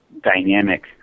dynamic